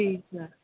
ठीकु आहे